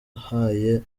haye